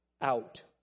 out